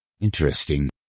Interesting